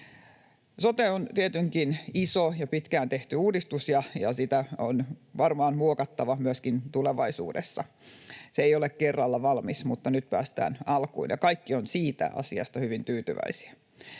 Sote on tietenkin iso ja pitkään tehty uudistus, ja sitä on varmaan muokattava myöskin tulevaisuudessa. Se ei ole kerralla valmis, mutta nyt päästään alkuun, ja kaikki ovat siitä asiasta hyvin tyytyväisiä.